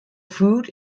food